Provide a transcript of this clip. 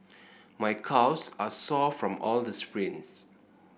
my calves are sore from all the sprints